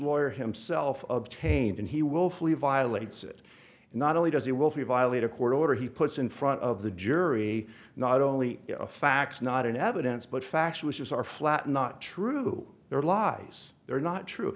lawyer himself obtained and he willfully violates it not only does he will be violate a court order he puts in front of the jury not only facts not in evidence but factual issues are flat not true their lives they're not true